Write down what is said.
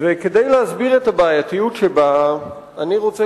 וכדי להסביר את הבעייתיות שבה אני רוצה